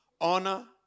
honor